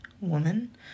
woman